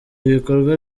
ibikorwa